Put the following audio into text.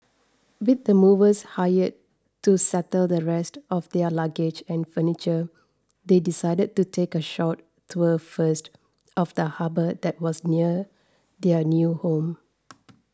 with the movers hired to settle the rest of their luggage and furniture they decided to take a short tour first of the harbour that was near their new home